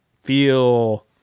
feel